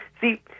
See